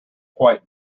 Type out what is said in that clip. quite